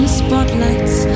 spotlights